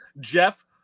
Jeff